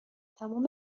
تمام